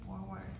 forward